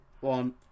one